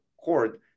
cord